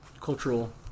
cultural